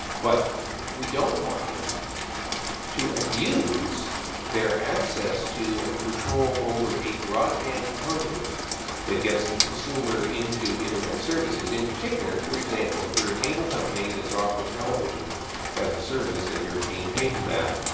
but we don't want them to abuse their access to and control over a broadband conduit that gets the consumer into internet services. in particular, for example, if you're a cable company that's offering television as a service and you're being paid for that,